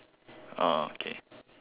uh okay